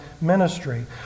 ministry